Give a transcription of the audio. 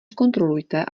zkontrolujte